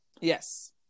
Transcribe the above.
Yes